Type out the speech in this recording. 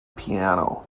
piano